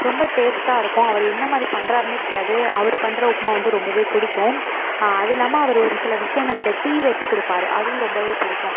ரொம்ப டேஸ்ட்டாக இருக்கும் அவர் என்ன மாதிரி பண்ணுறாருனே தெரியாது அவர் பண்ணுற உப்புமா வந்து ரொம்பவே பிடிக்கும் அதுவும் இல்லாமல் அவர் ஒரு சில விஷயங்கள் இந்த டீ வச்சு கொடுப்பாரு அதுவும் ரொம்பவே பிடிக்கும்